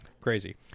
crazy